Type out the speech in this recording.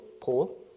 Paul